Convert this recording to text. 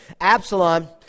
Absalom